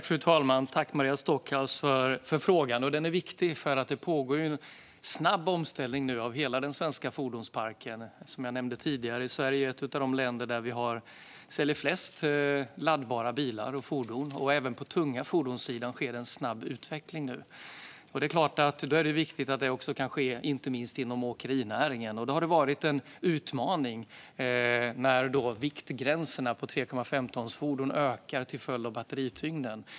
Fru talman! Tack, Maria Stockhaus, för frågan! Den är viktig eftersom det nu pågår en snabb omställning av hela den svenska fordonsparken. Som jag nämnde tidigare är Sverige ett av de länder där det säljs flest laddbara bilar och fordon. Även på den tunga fordonssidan sker nu en snabb utveckling. Det är klart att det är viktigt att det då kan ske även inom åkerinäringen. Det har varit en utmaning när vikten på 3,5-tonsfordon ökat till följd av batterityngden.